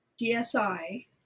DSI